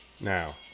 Now